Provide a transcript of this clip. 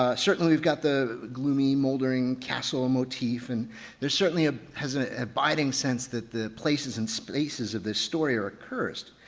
ah certainly we've got the gloomy, moldering castle a motif and there's certainly a has an abiding sense that the places and spaces of this story are accursed.